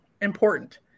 important